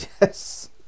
yes